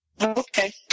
Okay